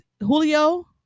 Julio